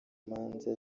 manza